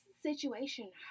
situation